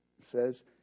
says